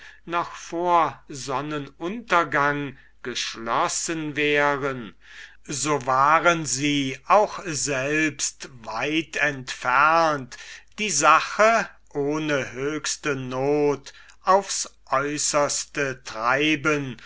noch vor sonnenuntergang geschlossen wären so waren sie auch selbst weit entfernt die sache ohne höchste not aufs äußerste treiben